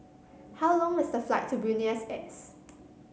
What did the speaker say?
how long is the flight to Buenos Aires